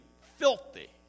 filthy